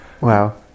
Wow